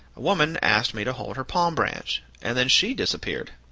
a woman asked me to hold her palm branch, and then she disappeared.